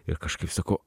ir kažkaip sakau